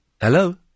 Hello